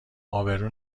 ابرو